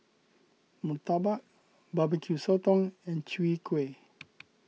Murtabak Barbeque Sotong and Chwee Kueh